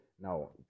now